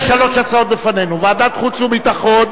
יש שלוש הצעות בפנינו: ועדת החוץ והביטחון,